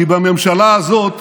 כי בממשלה הזאת